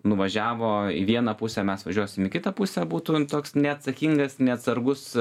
nuvažiavo į vieną pusę mes važiuosim į kitą pusę būtų toks neatsakingas neatsargus